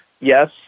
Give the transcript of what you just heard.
yes